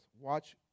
Watch